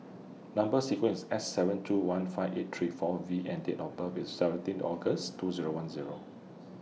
Number sequence IS S seven two one five eight three four V and Date of birth IS seventeen August two Zero one Zero